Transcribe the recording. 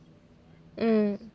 mm